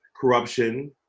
corruption